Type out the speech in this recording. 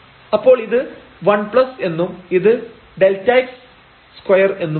അപ്പോൾ ഇത് 1 എന്നും ഇത് Δx2 എന്നുമാവും